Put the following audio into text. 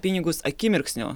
pinigus akimirksniu